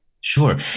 Sure